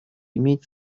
иметь